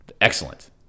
excellent